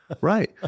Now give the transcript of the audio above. right